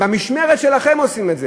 במשמרת שלכם עושים את זה.